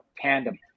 tandem